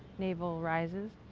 naval rises.